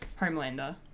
Homelander